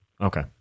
Okay